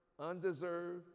undeserved